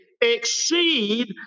exceed